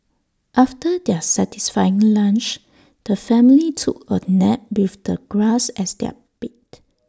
after their satisfying lunch the family took A nap with the grass as their bed